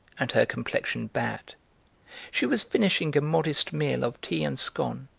and her complexion bad she was finishing a modest meal of tea and scone,